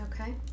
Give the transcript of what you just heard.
Okay